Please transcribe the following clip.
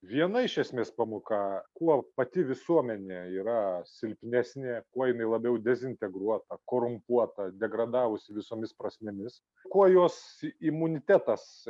viena iš esmės pamoka kuo pati visuomenė yra silpnesnė kuo jinai labiau dezintegruota korumpuota degradavusi visomis prasmėmis kuo jos imunitetas